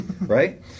Right